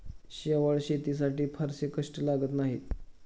शेवाळं शेतीसाठी फारसे कष्ट लागत नाहीत